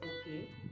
okay